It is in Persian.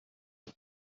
طلب